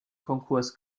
konkurs